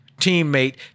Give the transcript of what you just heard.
teammate